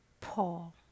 Paul